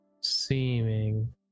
Seeming